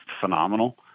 phenomenal